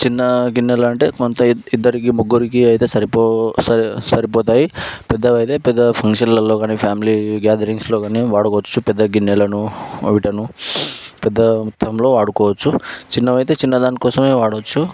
చిన్న గిన్నెలు అంటే కొంత ఇద్దరికి ముగ్గురికి అయితే సరిపోయే సరిపోతాయి పెద్దవైతే పెద్ద ఫంక్షన్లలలో కానీ ఫ్యామిలీ గ్యాదరింగ్స్లో గానీ వాడుకోవచ్చు పెద్ద గిన్నెలను వాటిని పెద్ద టైంలో వాడుకోవచ్చు చిన్నవైతే చిన్నదాని కోసమే వాడచ్చు